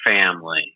family